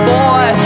boy